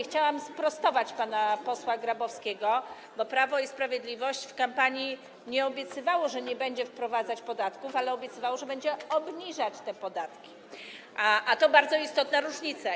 Chciałam sprostować wypowiedź pana posła Grabowskiego, bo Prawo i Sprawiedliwość w kampanii nie obiecywało, że nie będzie wprowadzać podatków, ale obiecywało, że będzie obniżać te podatki, a to bardzo istotna różnica.